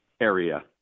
area